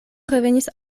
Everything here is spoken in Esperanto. revenis